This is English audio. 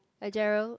hi Gerald